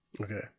Okay